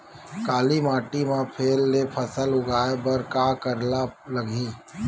काली माटी म फेर ले फसल उगाए बर का करेला लगही?